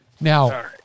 Now